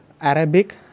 Arabic